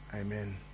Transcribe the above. Amen